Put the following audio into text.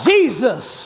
Jesus